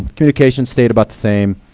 communication stayed about the same,